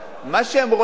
מה שהם רוצים